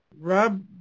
Rob